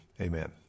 amen